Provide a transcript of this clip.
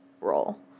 role